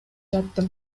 жатам